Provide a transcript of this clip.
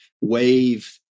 wave